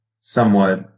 somewhat